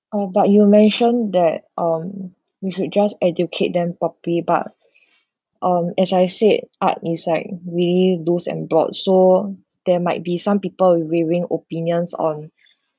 oh but you mention that um we should just educate them properly but um as I said art is like really loose and broad so there might be some people raving opinions on